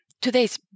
Today's